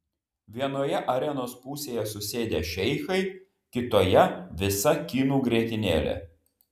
vienoje arenos pusėje susėdę šeichai kitoje visa kinų grietinėlė